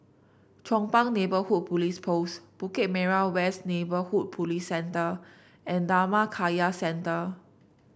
Chong Pang Neighbourhood Police Post Bukit Merah West Neighbourhood Police Centre and Dhammakaya Centre